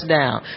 down